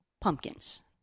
pumpkins